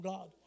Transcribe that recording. God